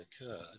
occurred